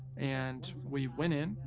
and we went in.